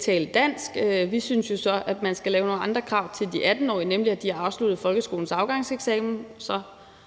tale dansk. Vi synes jo så, at man skal lave nogle andre krav til de 18-årige, nemlig at de har afsluttet folkeskolens afgangseksamen.